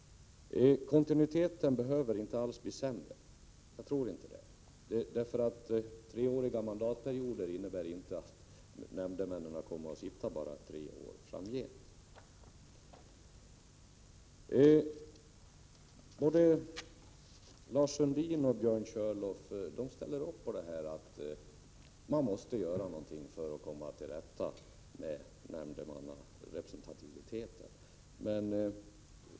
Kontinuiteten behöver inte alls bli sämre. Treåriga mandatperioder innebär nämligen inte att nämndemännen framgent kommer att sitta endast tre år. Både Lars Sundin och Björn Körlof håller med om att man måste göra något för att komma till rätta med nämndemannakårens representativitet.